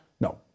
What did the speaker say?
No